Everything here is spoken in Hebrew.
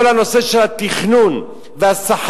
כל הנושא של התכנון והסחבת,